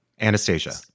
Anastasia